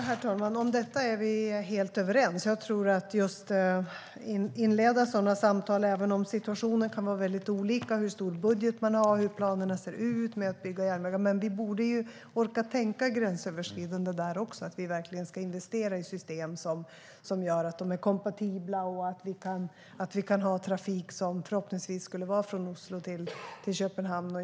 Herr talman! Om detta är vi helt överens. Jag tror att det är viktigt att inleda sådana samtal, även om situationen kan vara väldigt olika när det gäller hur stor budget man har och hur planerna på att bygga järnvägar ser ut. Men vi borde orka tänka gränsöverskridande även där och investera i system som är kompatibla och förhoppningsvis kunna ha trafik mellan Oslo och Köpenhamn.